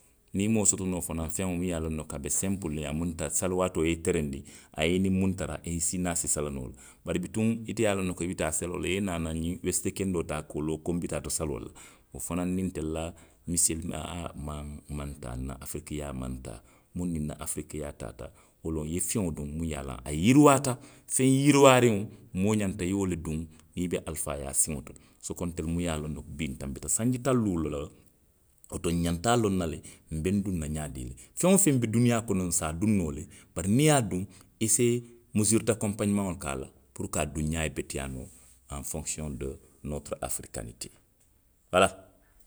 Niŋ i maŋ wo soto fanaŋ, feŋo muŋ ye a loŋ ne ko a be sinpuliŋ a munta sali waatoo ye i terenndi, a ye i niŋ muŋ tara i niŋ i si, i niŋ a si sali noo le. Bari bituŋ ite ye a loŋ ne ko i bi taa saloo la, i ye naanaŋ ňiŋ wesiti kendoo taa ka loo ko nbi taa to saloo le la. wo fanaŋ niŋ itelu la misilimeyaa maŋ, maŋ taa, nna afirikiyaa maŋ taa. Muŋ niŋ nna afirikiyaa taata, wo loŋ i feŋo duŋ ye miŋ ye a loŋ a yiriwaata. Feŋ yiriwaariŋo, moo ňanta i ye wo le duŋ, niŋ i be alifaayaa siŋo to soko ntelu munnu ye a loŋ ko bii ntanbita sanji taŋ luulu le la. Woto ňanta loŋ na lenbe nduŋ na ňaadii le. Feŋ woo feŋ be duniyaa kono. nsi a duŋ noo le, bari niŋ i ye a duŋ, i si mosuuri dakonpaxomaŋo ke a la puru ko aduŋ ňaa ye beteyaa noo, aŋ fonkisiyoŋ do nooturu afirikanitee, uwala.